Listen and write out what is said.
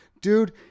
Dude